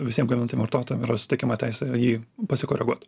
visiem gaminantiem vartotojam yra suteikiama teisė jį pasikoreguot